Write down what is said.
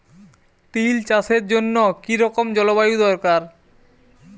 তিল চাষের জন্য কি রকম জলবায়ু দরকার?